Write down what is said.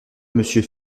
monsieur